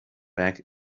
back